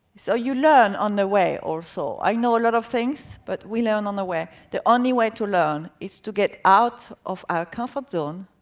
so you learn, on the way, also, i know a lot of things, but we learn on the way. the only way to learn is to get out of our comfort zone,